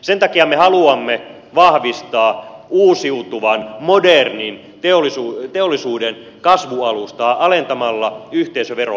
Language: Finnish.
sen takia me haluamme vahvistaa uusiutuvan modernin teollisuuden kasvualustaa alentamalla yhteisöveroa